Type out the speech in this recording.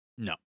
No